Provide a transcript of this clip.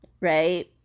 Right